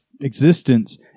existence